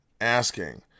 asking